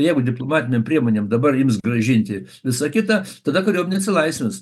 jeigu diplomatinėm priemonėm dabar ims grąžinti visą kitą tada kariuomenė atsilaisvins